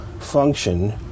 function